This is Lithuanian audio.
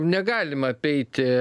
negalim apeiti